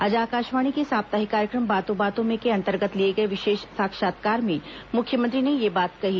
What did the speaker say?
आज आकाशवाणी के साप्ताहिक कार्यक्रम बातों बातों में के अंतर्गत लिए गए विशेष साक्षात्कार में मुख्यमंत्री ने यह बात कही